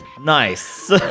nice